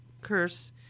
curse